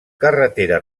carretera